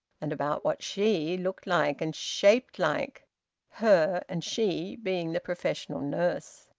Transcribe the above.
and about what she looked like and shaped like her and she being the professional nurse.